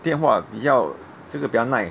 电话比较就是比较耐